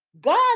God